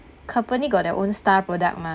company got their own star product mah